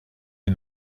wie